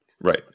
right